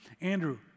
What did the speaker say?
Andrew